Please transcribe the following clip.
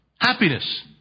happiness